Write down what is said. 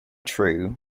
true